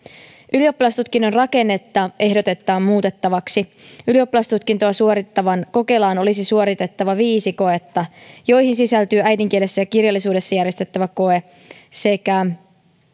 ylioppilastutkinnon rakennetta ehdotetaan muutettavaksi ylioppilastutkintoa suorittavan kokelaan olisi suoritettava viisi koetta joihin sisältyy äidinkielessä ja kirjallisuudessa järjestettävä koe sekä